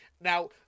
Now